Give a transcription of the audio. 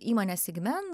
įmonės sigmen